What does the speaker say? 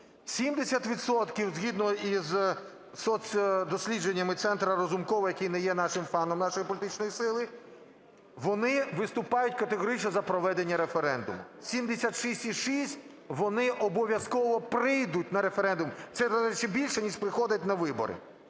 згідно із соцдослідженнями Центру Разумкова, який не є нашим фаном, нашої політичної сили, вони виступають категорично за проведення референдуму. 76,6, вони обов'язково прийдуть на референдум. Це ще більше ніж приходить на вибори.